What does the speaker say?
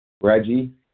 Reggie